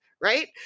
right